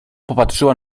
popatrzyła